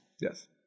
yes